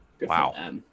Wow